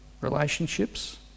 relationships